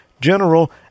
general